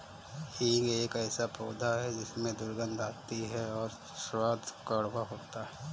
हींग एक ऐसा पौधा है जिसमें दुर्गंध आती है और स्वाद कड़वा होता है